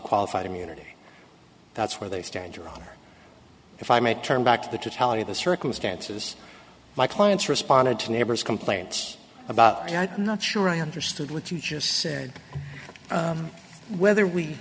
qualified immunity that's where they stand your honor if i may turn back to that to tell you the circumstances my clients responded to neighbors complaints about and i'm not sure i understood what you just said whether we